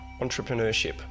entrepreneurship